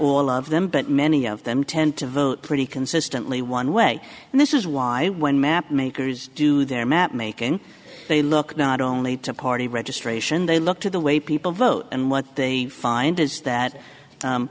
all of them but many of them tend to vote pretty consistently one way and this is why when map makers do their mapmaking they look not only to party registration they look to the way people vote and what they find is that